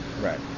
Right